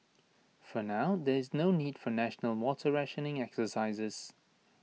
for now there is no need for national water rationing exercises